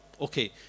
Okay